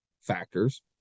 factors